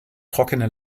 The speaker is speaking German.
trockene